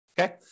Okay